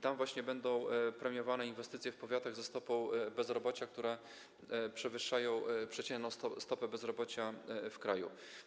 Tam właśnie będą premiowane inwestycje w powiatach ze stopą bezrobocia, która przewyższa przeciętną stopę bezrobocia w kraju.